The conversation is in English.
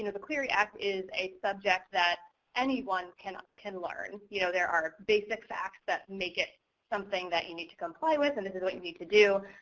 and the clery act is a subject that anyone can ah can learn. you know there are basic facts that make it something that you need to comply with, and this is what you need to do.